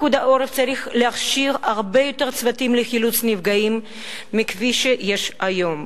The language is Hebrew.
פיקוד העורף צריך להכשיר הרבה יותר צוותים לחילוץ נפגעים מכפי שיש כיום.